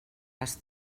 les